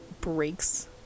breaks